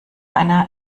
einer